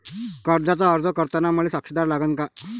कर्जाचा अर्ज करताना मले साक्षीदार लागन का?